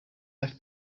left